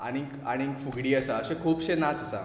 आनी आनी फुगडी आसा अशे खुबशे नाच आसा